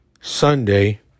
Sunday